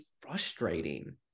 frustrating